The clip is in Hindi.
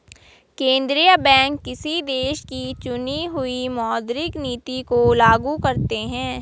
केंद्रीय बैंक किसी देश की चुनी हुई मौद्रिक नीति को लागू करते हैं